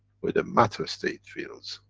with the matter-state fields.